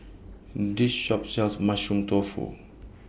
This Shop sells Mushroom Tofu